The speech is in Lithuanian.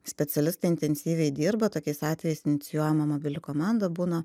specialistai intensyviai dirba tokiais atvejais inicijuojama mobili komanda būna